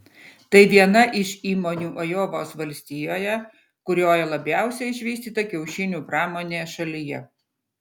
tai viena iš įmonių ajovos valstijoje kurioje labiausiai išvystyta kiaušinių pramonė šalyje